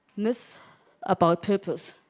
miss about people's